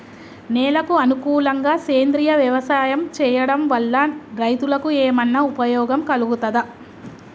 నేలకు అనుకూలంగా సేంద్రీయ వ్యవసాయం చేయడం వల్ల రైతులకు ఏమన్నా ఉపయోగం కలుగుతదా?